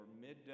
midday